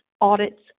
audit's